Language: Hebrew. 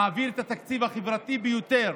נעביר את התקציב החברתי ביותר